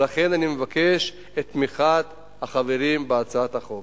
ולכן אני מבקש את תמיכת החברים בהצעת החוק.